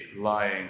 lying